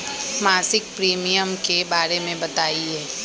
मासिक प्रीमियम के बारे मे बताई?